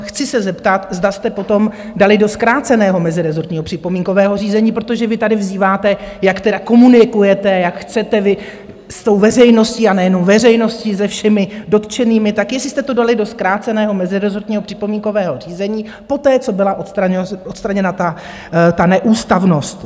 Chci se zeptat, zda jste potom dali do zkráceného mezirezortního připomínkového řízení, protože vy tady vzýváte, jak teda komunikujete, jak chcete vy s tou veřejností, a nejenom veřejností, ale i se všemi dotčenými, tak jestli jste to dali do zkráceného mezirezortního připomínkového řízení poté, co byla odstraněna ta neústavnost.